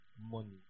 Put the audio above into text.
money